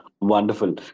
wonderful